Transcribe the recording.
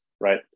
right